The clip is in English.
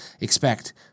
expect